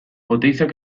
oteizak